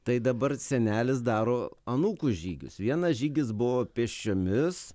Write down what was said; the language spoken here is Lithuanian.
tai dabar senelis daro anūkų žygius vienas žygis buvo pėsčiomis